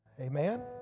Amen